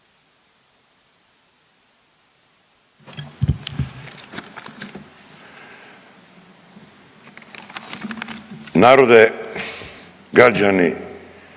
Narode, građani